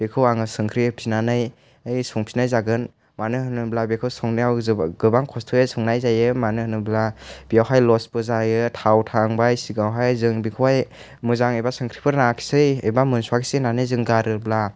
बेखौ आङो संख्रि होफिननानै संफिननाय जागोन मानो होनोब्ला बेखौ संनायाव जोब गोबां खस्थ'यै संनाय जायो मानो होनोब्ला बेवहाय लसबो जायो थाव थांबाय सिगाङावहाय जों बेखौहाय मोजां एबा संख्रिफोर नाङासै एबा मोनस'वासै होननानै जों गारोब्ला